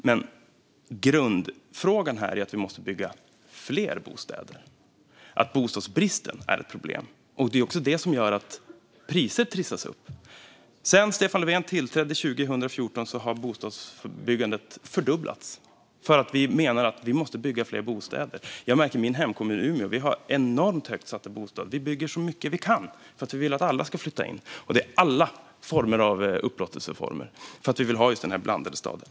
Men grundfrågan här är att vi måste bygga fler bostäder, att bostadsbristen är ett problem. Det är också detta som gör att priser trissas upp. Sedan Stefan Löfven tillträdde 2014 har bostadsbyggandet fördubblats för att vi menar att vi måste bygga fler bostäder. I min hemkommun Umeå har vi enormt högt satta bostadsmål. Vi bygger så mycket vi kan för att vi vill att alla ska flytta in. Det handlar om alla slags upplåtelseformer för att vi vill ha just den blandade staden.